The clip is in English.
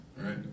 right